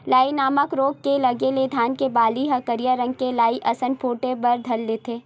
लाई नामक रोग के लगे ले धान के बाली ह करिया रंग के लाई असन फूट बर धर लेथे